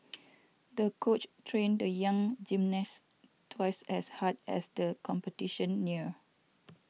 the coach trained the young gymnast twice as hard as the competition neared